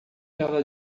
ela